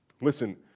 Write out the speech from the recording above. Listen